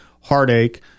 heartache